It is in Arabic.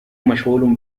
مشغول